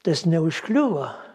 tas neužkliuvo